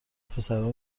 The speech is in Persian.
پسرها